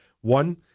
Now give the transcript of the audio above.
One